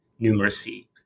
numeracy